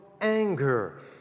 anger